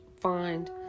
Find